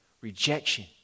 rejection